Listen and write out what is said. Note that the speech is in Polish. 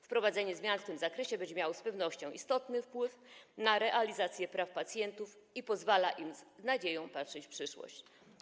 Wprowadzenie zmian w tym zakresie będzie miało z pewnością istotny wpływ na realizację praw pacjentów i pozwala im z nadzieją patrzeć w przyszłość.